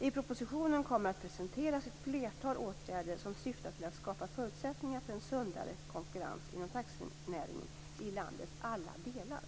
I propositionen kommer att presenteras ett flertal åtgärder som syftar till att skapa förutsättningar för en sundare konkurrens inom taxinäringen i landets alla delar.